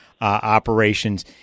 operations